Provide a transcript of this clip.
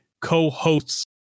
co-hosts